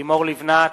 לימור לבנת,